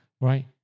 right